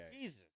Jesus